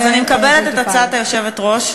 אז אני מקבלת את הצעת היושבת-ראש,